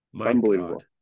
Unbelievable